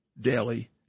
daily